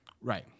Right